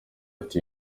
ati